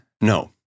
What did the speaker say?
No